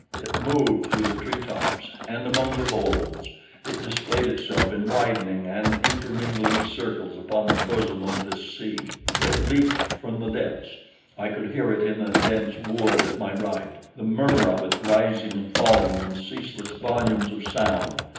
it moved through the tree-tops and among the boles it displayed itself in widening and intermingling circles upon the bosom of the sea it leaped from the depths i could hear it in a dense wood at my right, the murmur of it rising and falling in ceaseless volumes of sound,